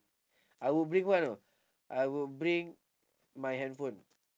I will bring what you know I will bring my handphone